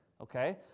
Okay